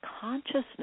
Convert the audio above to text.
consciousness